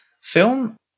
Film